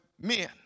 men